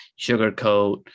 sugarcoat